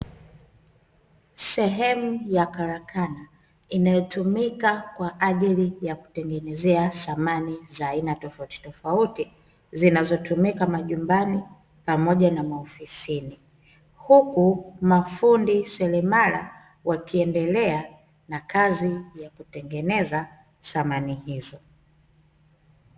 Sehemu ya karakana, inayotumika kwa ajili ya kutengenezea samani za aina tofautitofauti, zinazotumika majumbani pamoja na maofisini, huku mafundi seremala wakiendelea na kazi ya kutengeneza samani hizo.